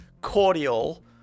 cordial